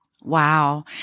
Wow